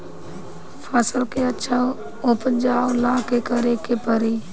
फसल के अच्छा उपजाव ला का करे के परी?